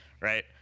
right